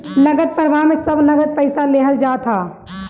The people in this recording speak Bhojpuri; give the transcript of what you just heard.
नगद प्रवाह में सब नगद पईसा लेहल जात हअ